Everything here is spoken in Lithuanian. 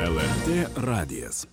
lrt radijas